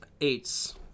Eights